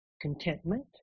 contentment